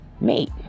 mate